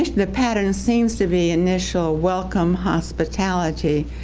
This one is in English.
the pattern seems to be initial welcome hospitality,